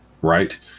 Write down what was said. right